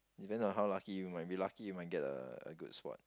depends on how lucky you might be lucky you might get a a good spot